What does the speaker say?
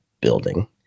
building